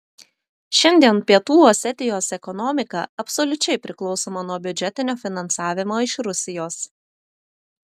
šiandien pietų osetijos ekonomika absoliučiai priklausoma nuo biudžetinio finansavimo iš rusijos